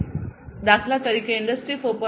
દાખલા તરીકે ઇન્ડસ્ટ્રી 4